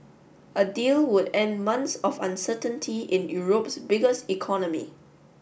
a deal would end months of uncertainty in Europe's biggest economy